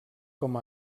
com